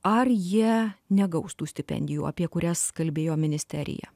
ar jie negaus tų stipendijų apie kurias kalbėjo ministerija